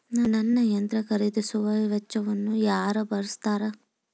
ನನ್ನ ಯಂತ್ರ ಖರೇದಿಸುವ ವೆಚ್ಚವನ್ನು ಯಾರ ಭರ್ಸತಾರ್?